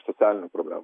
socialinių problemų